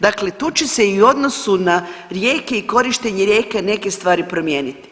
Dakle, tu se će i u odnosu na rijeke i korištenje rijeke neke stvari promijenit.